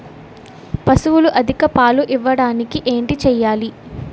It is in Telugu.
పశువులు అధిక పాలు ఇవ్వడానికి ఏంటి చేయాలి